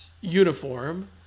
uniform